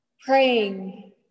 praying